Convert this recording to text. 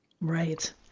Right